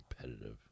competitive